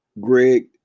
Greg